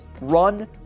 run